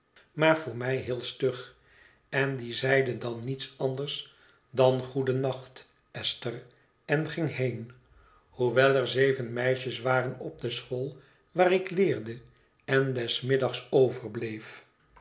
maar voor mij heel stug en die zeide dan niets anders dan goeden nacht esther en ging heen hoewel er zeven meisjes waren op de school waar ik leerde en des middags overbleef